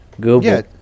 Google